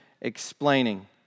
explaining